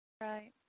Right